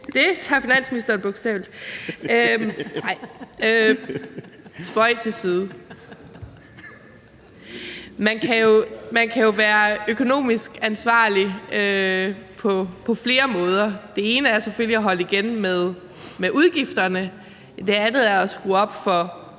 det tager finansministeren bogstaveligt. Ej, spøg til side. Man kan jo være økonomisk ansvarlig på flere måder. Det ene handler selvfølgelig om at holde igen med udgifterne. Det andet handler om at skrue op for